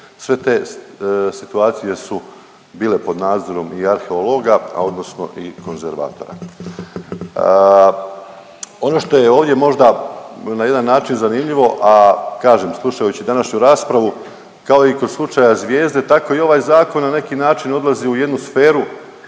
sve te situacije su bile pod nadzorom i arheologa, a odnosno i konzervatora. Ono što je ovdje možda na jedan način zanimljivo, a kažem slušajući današnju raspravu kao i kod slučaja zvijezde, tako i ovaj zakon na neki način odlazi u jednu sferu